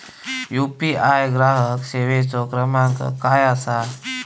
UPI ग्राहक सेवेचो क्रमांक काय असा?